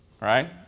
right